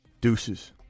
deuces